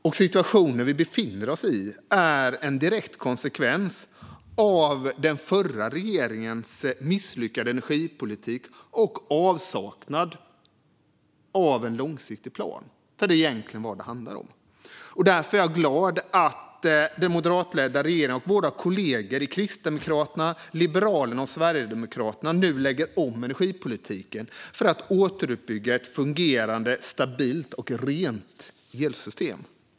Den situation vi befinner oss i är en direkt konsekvens av den förra regeringens misslyckade energipolitik och avsaknad av en långsiktig plan. Det är egentligen vad det handlar om. Därför är jag glad över att den moderatledda regeringen och våra kollegor i Kristdemokraterna, Liberalerna och Sverigedemokraterna nu lägger om energipolitiken för att återuppbygga ett fungerande, stabilt och rent elsystem.